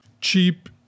Cheap